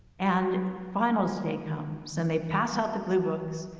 and finals day comes, so and they pass out the blue books.